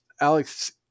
Alex